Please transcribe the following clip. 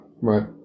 Right